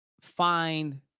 find